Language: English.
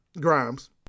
Grimes